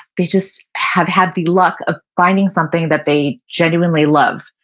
they just have had the luck of finding something that they genuinely love.